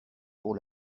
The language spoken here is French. pour